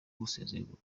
gusezererwa